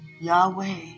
Yahweh